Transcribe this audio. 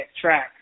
track